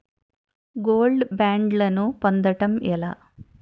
Gold బ్యాండ్లను పొందటం ఎలా?